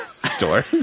store